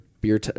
beer